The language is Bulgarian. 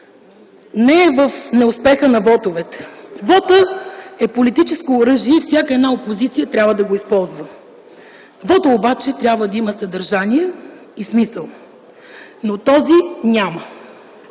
не е в неуспеха на вотовете. Вотът е политическо оръжие и всяка една опозиция трябва да го използва. Вотът обаче трябва да има съдържание и смисъл, но този няма.